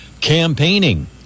campaigning